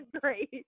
great